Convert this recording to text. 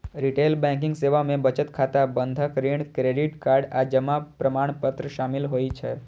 retail banking सेवा मे बचत खाता, बंधक, ऋण, क्रेडिट कार्ड आ जमा प्रमाणपत्र शामिल होइ छै